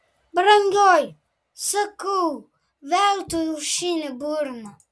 brangioji sakau veltui aušini burną